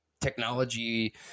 technology